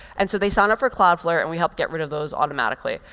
and so they signed up for cloudflare. and we helped get rid of those automatically.